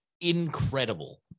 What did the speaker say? incredible